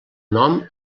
nom